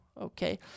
Okay